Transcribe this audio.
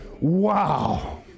Wow